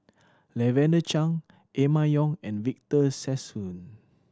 Lavender Chang Emma Yong and Victor Sassoon